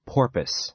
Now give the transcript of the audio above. Porpoise